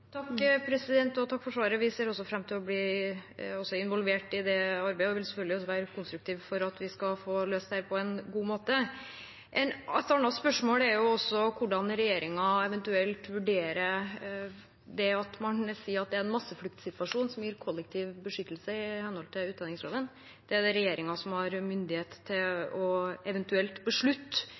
Takk for svaret. Vi ser fram til å bli involvert i det arbeidet. Vi vil selvfølgelig også være konstruktive for at vi skal få løst dette på en god måte. Et annet spørsmål er hvordan regjeringen eventuelt vurderer det at man sier at det er en massefluktsituasjon som gir kollektiv beskyttelse i henhold til utlendingsloven. Det er det regjeringen som har myndighet til eventuelt å beslutte